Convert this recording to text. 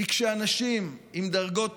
כי כשאנשים עם דרגות